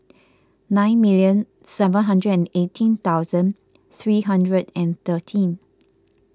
nine million seven hundred and eighteen thousand three hundred and thirteen